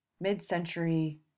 Mid-century